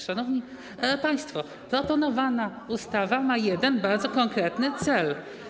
Szanowni państwo, proponowana ustawa ma jeden bardzo konkretny cel.